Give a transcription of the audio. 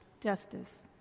justice